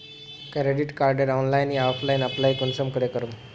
Credit कार्डेर online या offline apply कुंसम करे करूम?